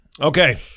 Okay